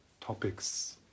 topics